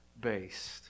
based